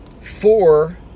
Four